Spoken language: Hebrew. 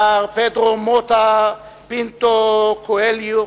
מר פדרו מוטה פינטו קואליו,